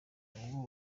uwo